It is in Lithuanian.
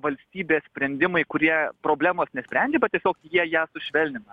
valstybės sprendimai kurie problemos nesprendžia bet tiesiog jie ją sušvelnina